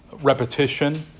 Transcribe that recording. Repetition